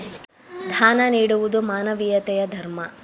ದಾನ ನೀಡುವುದು ಮಾನವೀಯತೆಯ ಧರ್ಮ